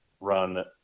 run